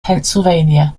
pennsylvania